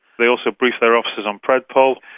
they also brief their officers on predpol.